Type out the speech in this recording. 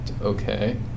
Okay